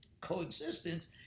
coexistence